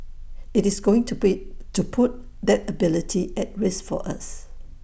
IT is going to be to put that ability at risk for us